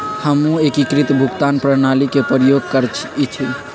हमहु एकीकृत भुगतान प्रणाली के प्रयोग करइछि